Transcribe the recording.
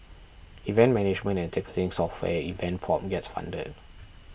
event management and ticketing software Event Pop gets funded